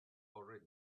already